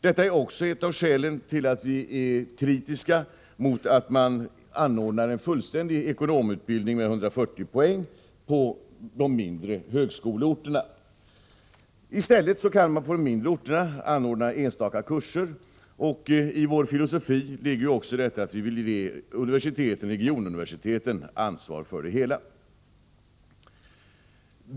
Detta är också ett av skälen till att vi är kritiska mot att anordna fullständig ekonomutbildning med 140 poäng på de mindre högskoleorterna. I stället kan man på de mindre orterna anordna enstaka kurser. I vår filosofi ligger också att vi vill ge universiteten och regionuniversiteten ansvar för det hela.